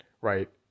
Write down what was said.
Right